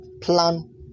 Plan